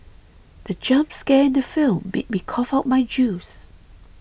the jump scare in the film made me cough out my juice